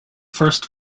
first